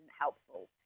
helpful